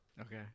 Okay